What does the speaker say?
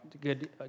good